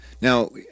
Now